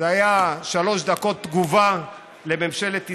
זה היה שלוש דקות תגובה לממשלת ישראל.